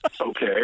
okay